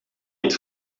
niet